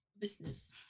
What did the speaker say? business